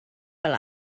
fel